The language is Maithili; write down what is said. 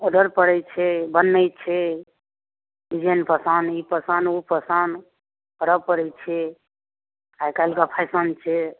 ऑर्डर पड़ै छै बनै छै जेहन पसन्द ई पसन्द ओ पसन्द करय पड़ै छै आइ काल्हिके फैशन छै